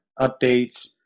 updates